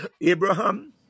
abraham